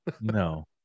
No